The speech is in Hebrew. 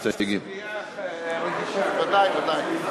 הכנסת התשע-עשרה החילה על הצעת חוק זו דין